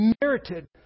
merited